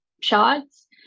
shots